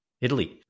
Italy